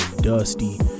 dusty